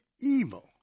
evil